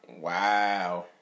Wow